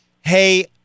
hey